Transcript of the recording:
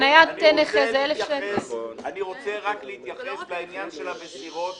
אני רוצה רק להתייחס לעניין של המסירות